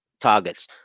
targets